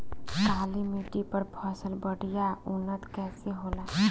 काली मिट्टी पर फसल बढ़िया उन्नत कैसे होला?